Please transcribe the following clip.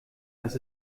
das